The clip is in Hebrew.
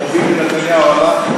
או ביבי נתניהו הלך?